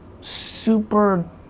super